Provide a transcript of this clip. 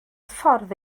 ffordd